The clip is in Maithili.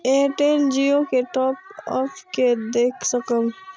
एयरटेल जियो के टॉप अप के देख सकब?